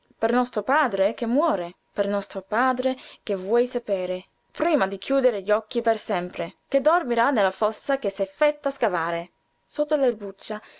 lagrime per nostro padre che muore per nostro padre che vuol sapere prima di chiudere gli occhi per sempre che dormirà nella fossa che s'è fatta scavare sotto l'erbuccia